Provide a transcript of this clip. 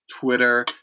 Twitter